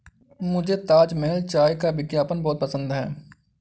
मुझे ताजमहल चाय का विज्ञापन बहुत पसंद है